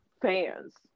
fans